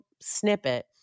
snippet